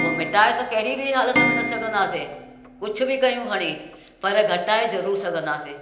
उहो मिटाए त कहिड़ी बि हालति में न सघंदासीं कुझु बि कयूं हणी पर घटाए ज़रूर सघंदासीं